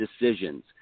decisions